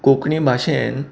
कोंकणी भाशेन